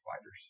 fighters